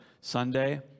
Sunday